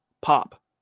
pop